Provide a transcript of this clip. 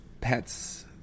pets